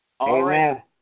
Amen